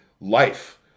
life